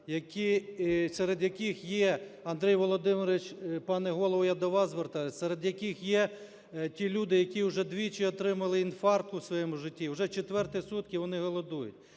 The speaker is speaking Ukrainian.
серед яких є, Андрію Володимировичу, пане Голово, я до вас звертаюся, серед яких є ті люди, які вже двічі отримали інфаркт у своєму житті, і вже четверті сутки вони голодують.